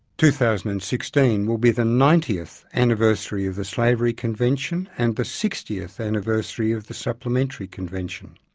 two thousand and sixteen, will be the ninetieth anniversary of the slavery convention and the sixtieth anniversary of the supplementary convention.